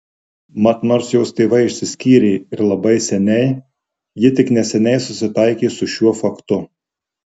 mat nors jos tėvai išsiskyrė ir labai seniai ji tik neseniai susitaikė su šiuo faktu